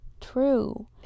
true